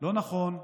לא נכון,